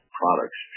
products